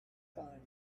kind